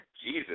Jesus